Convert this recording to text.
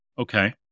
Okay